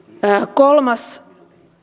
kolmas